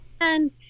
And-